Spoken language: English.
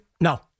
No